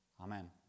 Amen